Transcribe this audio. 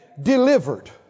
Delivered